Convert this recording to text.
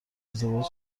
ازدواج